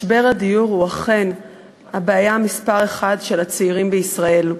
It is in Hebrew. משבר הדיור הוא אכן הבעיה מספר אחת של הצעירים בישראל.